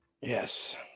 Yes